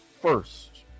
first